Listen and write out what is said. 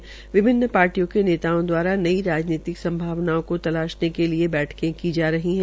चनाव विभिन्न पार्टियों के नेताओं द्वारा नई राजनीतिक संभावनों को तलाशने के लिये बैठके की जा रही है